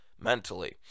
mentally